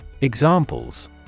Examples